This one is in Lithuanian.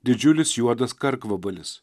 didžiulis juodas karkvabalis